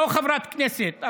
היא לא חברת כנסת,